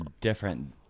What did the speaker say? different